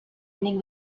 inning